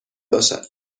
باشد